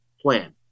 plan